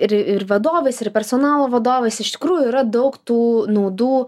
ir ir vadovais ir personalo vadovais iš tikrųjų yra daug tų naudų